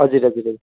हजुर हजुर हजुर